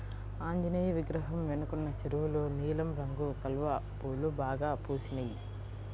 ఆంజనేయ విగ్రహం వెనకున్న చెరువులో నీలం రంగు కలువ పూలు బాగా పూసినియ్